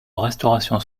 restauration